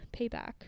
payback